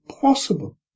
possible